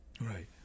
right